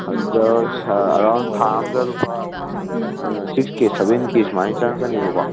ꯑꯗꯨꯗ ꯑꯦꯔꯥꯎꯟ ꯊꯥ ꯑꯃꯗ ꯂꯨꯄꯥ ꯁꯤꯛꯁ ꯀꯦ ꯁꯕꯦꯟ ꯀꯦ ꯁꯨꯃꯥꯏꯅ ꯆꯪꯉꯛꯀꯅꯦꯕꯀꯣ